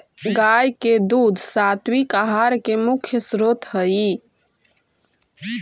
गाय के दूध सात्विक आहार के मुख्य स्रोत हई